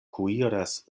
kuiras